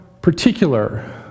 particular